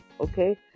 Okay